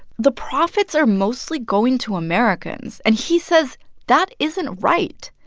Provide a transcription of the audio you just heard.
the profits are mostly going to americans, and he says that isn't right.